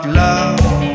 love